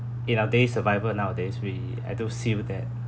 in our day survival nowadays we I do see with that